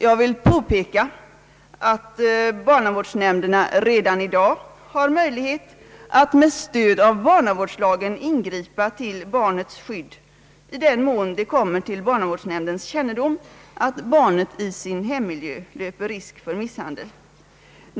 Jag vill påpeka att barnavårdsnämnderna redan i dag har möjlighet att med stöd av barnavårdslagen ingripa till barnets skydd i den mån det kommer till nämndens kännedom att barnet i sin hemmiljö löper risk för misshandel.